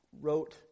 wrote